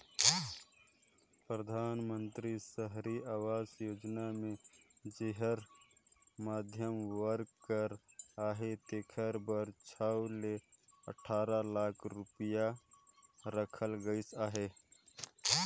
परधानमंतरी सहरी आवास योजना मे जेहर मध्यम वर्ग कर अहे तेकर बर छव ले अठारा लाख रूपिया राखल गइस अहे